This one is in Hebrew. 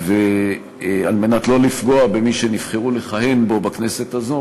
ועל מנת שלא לפגוע במי שנבחרו לכהן בו בכנסת הזו,